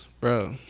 Bro